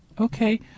Okay